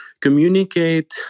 Communicate